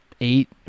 eight